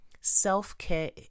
Self-care